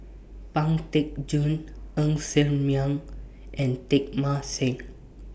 Pang Teck Joon Ng Ser Miang and Teng Mah Seng